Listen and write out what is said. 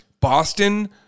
Boston